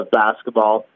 basketball